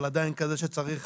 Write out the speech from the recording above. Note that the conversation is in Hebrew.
אבל עדיין כזה שצריך